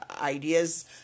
ideas